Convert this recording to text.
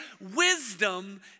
wisdom